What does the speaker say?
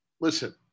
listen